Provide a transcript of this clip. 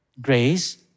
Grace